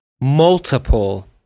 multiple